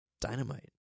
dynamite